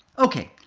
ok,